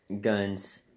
Guns